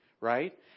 Right